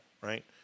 right